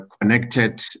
connected